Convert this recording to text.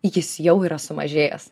jis jau yra sumažėjęs